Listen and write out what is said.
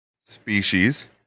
species